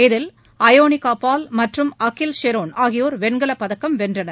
இதில் அயோனிகா பால் மற்றும் அகில் ஷரோன் ஆகியோர் வெண்கலப் பதக்கம் வென்றனர்